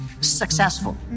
successful